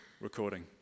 recording